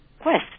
quest